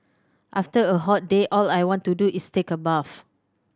after a hot day all I want to do is take a bath